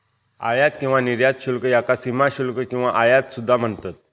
आयात किंवा निर्यात शुल्क याका सीमाशुल्क किंवा आयात सुद्धा म्हणतत